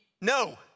No